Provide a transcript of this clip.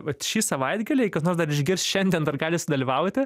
vat šį savaitgalį jei kas nors dar išgirs šiandien dar gali sudalyvauti